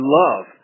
love